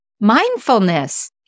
Mindfulness